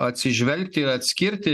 atsižvelgti atskirti